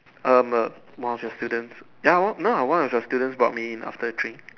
um one of your students ya won't no one of your students brought me in after three